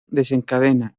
desencadena